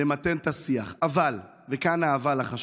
למתן את השיח, אבל, וכאן ה"אבל" החשוב,